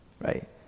right